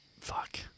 fuck